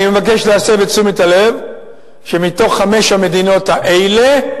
אני מבקש להסב את תשומת הלב שמתוך חמש המדינות האלה,